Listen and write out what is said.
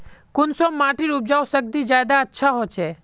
कुंसम माटिर उपजाऊ शक्ति ज्यादा अच्छा होचए?